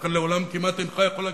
ולכן לעולם כמעט אינך יכול להגיע,